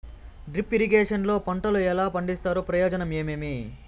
Drip irrigation లో పంటలు ఎలా పండిస్తారు ప్రయోజనం ఏమేమి?